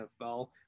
NFL